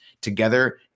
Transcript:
Together